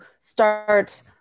start